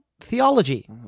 theology